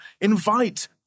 invite